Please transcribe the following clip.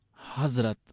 Hazrat